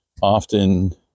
often